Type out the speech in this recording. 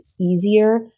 easier